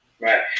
Right